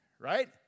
right